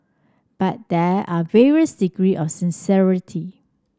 but there are varies degree of sincerity